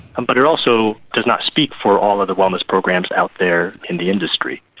and but it also does not speak for all of the wellness programs out there in the industry.